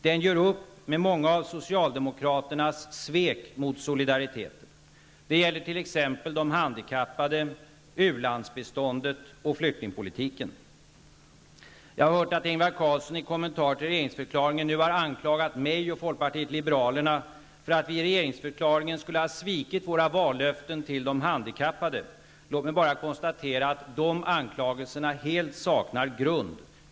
Den gör upp med många av socialdemokraternas svek mot solidariteten. Det gäller t.ex. de handikappade, u-landsbiståndet och flyktingpolitiken. Jag har hört att Ingvar Carlsson i en kommentar till regeringsförklaringen har anklagat mig och folkpartiet liberalerna för att i regeringsförklaringen ha svikit våra vallöften till de handikappde. Låt mig då bara konstatera att sådana anklagelser helt saknar grund.